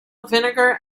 vinegar